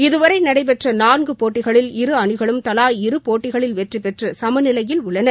இதுவரை நடைபெற்ற நான்கு போட்டிகளில் இரு அணிகளும் தவா இரு போட்டிகளில் வெற்றிபெற்று சமநிலையில் உள்ளன